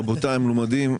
רבותיי המלומדים.